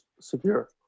secure